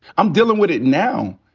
i'm dealin' with it now.